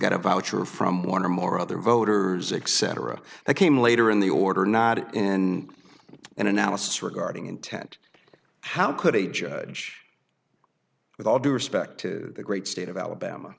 got a voucher from one or more other voters accent or a that came later in the order not in an analysis regarding intent how could a judge with all due respect to the great state of alabama